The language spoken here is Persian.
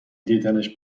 دیدنش